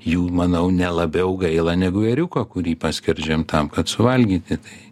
jų manau ne labiau gaila negu ėriuko kurį paskerdžiam tam kad suvalgyti tai